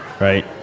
right